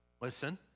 listen